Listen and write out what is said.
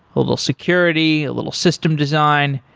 a little security, a little system design.